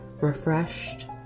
refreshed